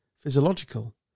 physiological